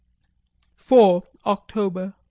four october,